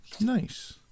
Nice